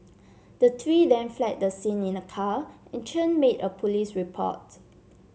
the three then fled the scene in a car and Chen made a police report